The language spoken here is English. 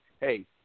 hey